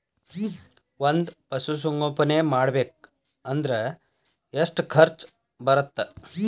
ಒಂದ್ ಪಶುಸಂಗೋಪನೆ ಮಾಡ್ಬೇಕ್ ಅಂದ್ರ ಎಷ್ಟ ಖರ್ಚ್ ಬರತ್ತ?